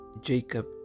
Jacob